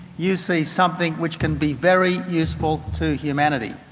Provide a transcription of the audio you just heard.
you see something which can be very useful to humanity.